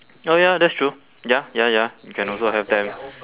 well ya that's true ya ya you can also have them